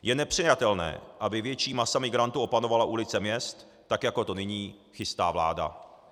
Je nepřijatelné, aby větší masa migrantů opanovala ulice měst tak, jako to nyní chystá vláda.